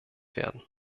werden